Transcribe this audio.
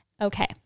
Okay